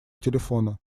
телефона